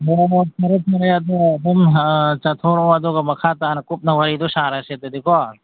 ꯍꯣꯏ ꯐꯔꯦ ꯐꯔꯦ ꯑꯗꯨ ꯑꯗꯨꯝ ꯆꯠꯊꯣꯔꯛꯑꯣ ꯑꯗꯨꯒ ꯃꯈꯥ ꯇꯥꯅ ꯀꯨꯞꯅ ꯋꯥꯔꯤꯗꯣ ꯁꯥꯔꯁꯦ ꯑꯗꯨꯗꯤꯀꯣ